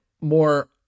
more